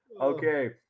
okay